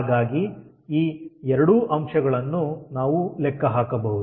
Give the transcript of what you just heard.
ಹಾಗಾಗಿ ಈ ಎರಡೂ ಅಂಶಗಳನ್ನು ನಾವು ಲೆಕ್ಕ ಹಾಕಬಹುದು